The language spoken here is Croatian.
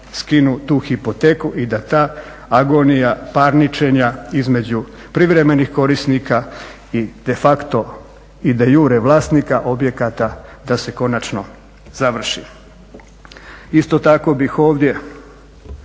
skinu tu hipoteku i da ta agonija parničenja između privremenih korisnika i de facto i de iure vlasnika objekata da se konačno završi. Isto tako bih ovdje